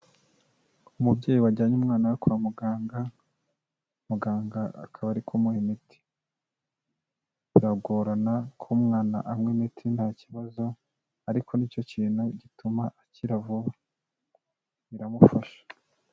Umubyeyi wajyanye umwana we kwa muganga, muganga akaba ari kumuha imiti, biragorana ko umwana anywa imiti nta kibazo, ariko nicyo kintu gituma akira vuba biramufasha.